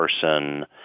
person